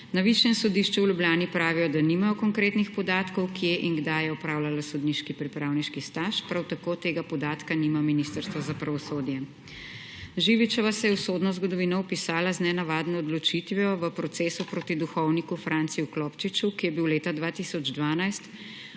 Na Višjem sodišču v Ljubljani pravijo, da nimajo konkretnih podatkov kje in kdaj je opravljala sodniški pripravniški staž, prav tako tega podatka nima Ministrstvo za pravosodje. Živičeva se je v sodno zgodovino vpisala z nenavadno odločitvijo v procesu proti duhovniku Franciju Klopčiču, ki je bil leta 2012